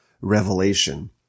revelation